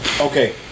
Okay